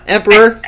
Emperor